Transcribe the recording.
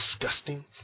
disgusting